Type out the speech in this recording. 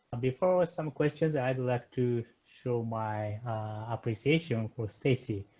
before some questions i'd like to show my appreciation for stacey,